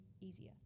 easier